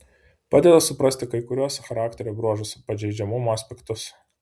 padeda suprasti kai kuriuos charakterio bruožus pažeidžiamumo aspektus